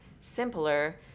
simpler